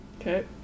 Okay